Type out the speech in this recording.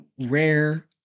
rare